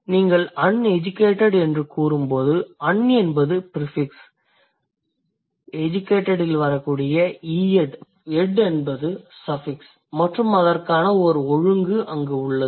நீங்கள் uneducated என்று கூறும்போது un என்பது ப்ரிஃபிக்ஸ் ed என்பது சஃபிக்ஸ் மற்றும் அதற்கான ஓர் ஒழுங்கு அங்கு உள்ளது